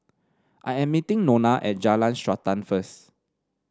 I am meeting Nona at Jalan Srantan first